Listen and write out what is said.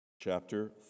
chapter